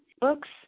books